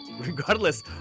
regardless